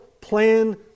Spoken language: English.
plan